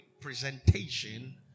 presentation